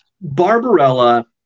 Barbarella